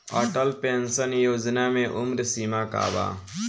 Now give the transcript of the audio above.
Atal pension Yojana मे उम्र सीमा का बा?